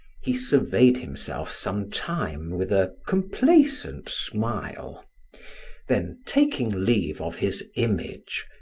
he surveyed himself some time with a complacent smile then taking leave of his image,